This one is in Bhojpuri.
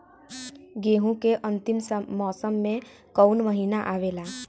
गेहूँ के अंतिम मौसम में कऊन महिना आवेला?